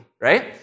right